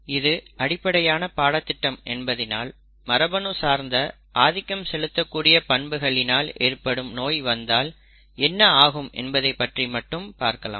இது அடிப்படையான பாடத்திட்டம் என்பதினால் மரபணு சார்ந்த ஆதிக்கம் செலுத்தக் கூடிய பண்புகளினால் ஏற்படும் நோய் வந்தால் என்ன ஆகும் என்பதை பற்றி மட்டும் பார்க்கலாம்